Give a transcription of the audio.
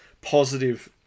positive